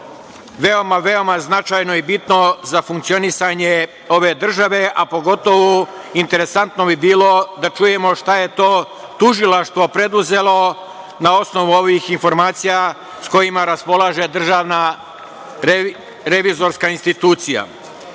veoma, veoma značajno i bitno za funkcionisanje ove države, a pogotovu interesantno bi bilo da čujemo šta je to tužilaštvo preduzelo na osnovu ovih informacija sa kojima raspolaže Državna revizorska institucija. Kada